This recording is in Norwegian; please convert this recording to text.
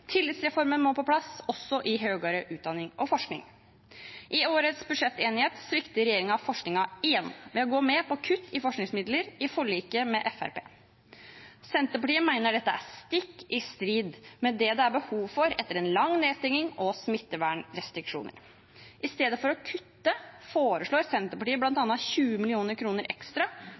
Tillitsreformen må på plass, også i høyere utdanning og forskning. I årets budsjettenighet svikter regjeringen forskningen igjen ved å gå med på kutt i forskningsmidler i forliket med Fremskrittspartiet. Senterpartiet mener dette er stikk i strid med det det er behov for etter en lang nedstenging og smittevernrestriksjoner. I stedet for å kutte foreslår Senterpartiet bl.a. 20 mill. kr ekstra